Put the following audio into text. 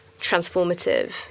transformative